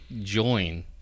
join